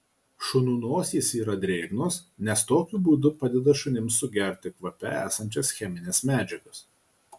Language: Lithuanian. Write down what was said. šunų nosys yra drėgnos nes tokiu būdu padeda šunims sugerti kvape esančias chemines medžiagas